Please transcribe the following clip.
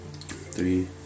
Three